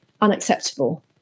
unacceptable